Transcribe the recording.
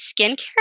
skincare